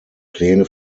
pläne